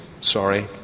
sorry